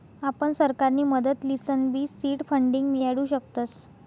आपण सरकारनी मदत लिसनबी सीड फंडींग मियाडू शकतस